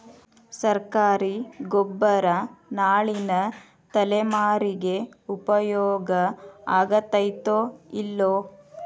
ಸರ್ಕಾರಿ ಗೊಬ್ಬರ ನಾಳಿನ ತಲೆಮಾರಿಗೆ ಉಪಯೋಗ ಆಗತೈತೋ, ಇಲ್ಲೋ?